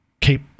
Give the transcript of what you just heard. keep